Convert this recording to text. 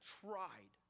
tried